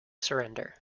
surrender